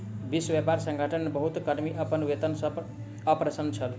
विश्व व्यापार संगठन मे बहुत कर्मी अपन वेतन सॅ अप्रसन्न छल